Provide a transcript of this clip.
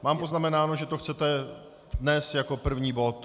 Mám poznamenáno, že to chcete dnes jako první bod?